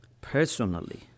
personally